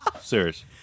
Serious